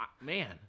man